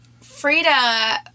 Frida